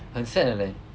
很 sad 的 leh